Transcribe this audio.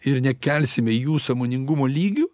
ir nekelsime jų sąmoningumo lygių